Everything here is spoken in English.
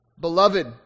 beloved